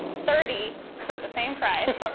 thirty for the same price.